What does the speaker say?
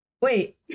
wait